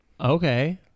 Okay